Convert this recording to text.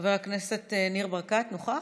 חבר הכנסת ניר ברקת, נוכח?